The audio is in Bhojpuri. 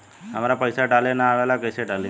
हमरा पईसा डाले ना आवेला कइसे डाली?